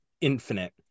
Infinite